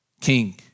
King